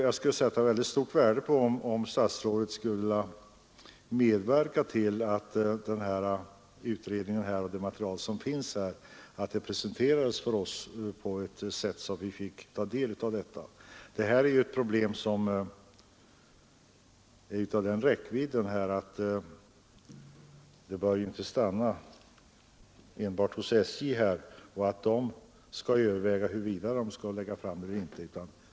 Jag skulle sätta mycket stort värde på om statsrådet ville medverka till att utredningen och det material som finns presenteras för oss, så att vi får ta del av detta. Problemet är ju av den räckvidden att SJ inte ensamt bör överväga huruvida ett förslag skall läggas fram eller ej.